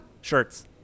Shirts